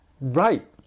Right